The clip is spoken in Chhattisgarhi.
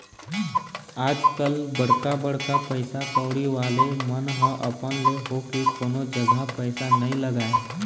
आजकल बड़का बड़का पइसा कउड़ी वाले मन ह अपन ले होके कोनो जघा पइसा नइ लगाय